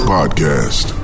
Podcast